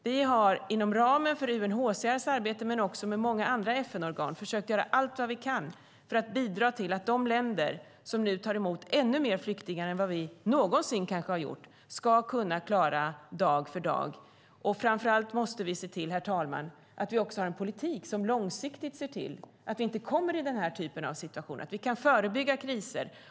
Vi har inom ramen för UNHCR:s arbete, men också tillsammans med många andra FN-organ, försökt göra allt vad vi kan för att bidra till att de länder som nu tar emot fler flyktingar än vad vi kanske någonsin har gjort ska kunna klara det från dag till dag. Framför allt måste vi se till, herr talman, att vi har en politik som långsiktigt gör att vi inte hamnar i den här typen av situationer, att vi kan förebygga kriser.